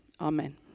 amen